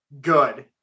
good